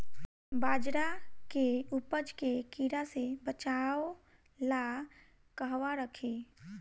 बाजरा के उपज के कीड़ा से बचाव ला कहवा रखीं?